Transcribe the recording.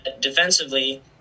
defensively